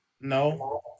no